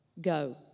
go